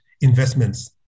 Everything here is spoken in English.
investments